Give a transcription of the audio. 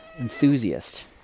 enthusiast